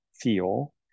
feel